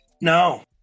no